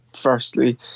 firstly